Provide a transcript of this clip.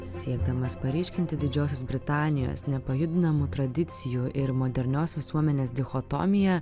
siekdamas paryškinti didžiosios britanijos nepajudinamų tradicijų ir modernios visuomenės dichotomiją